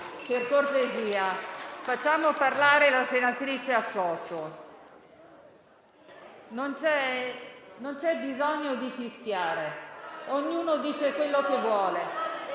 colleghi, facciamo parlare la senatrice Accoto. Non c'è bisogno di fischiare. Ognuno dice quello che vuole.